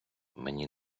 мені